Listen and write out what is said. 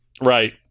Right